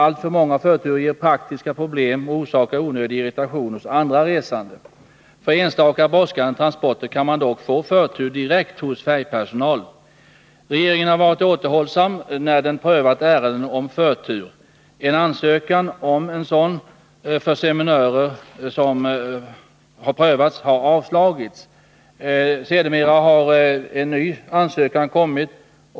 Alltför många förturer ger praktiska problem och orsakar onödig irritation hos andra resande. För enstaka brådskande transporter kan man dock få förtur direkt hos färjepersonalen. Regeringen har varit återhållsam när den prövat ärenden om förtur. En ansökan om förtur för seminörer som prövats har avslagits. Sedermera har en ny ansökan kommit.